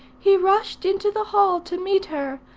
he rushed into the hall to meet her,